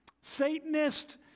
Satanist